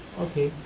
okay.